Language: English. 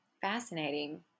fascinating